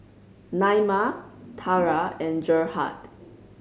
Naima Tarah and Gerhard